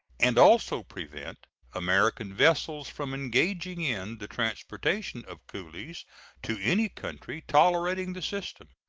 and also prevent american vessels from engaging in the transportation of coolies to any country tolerating the system.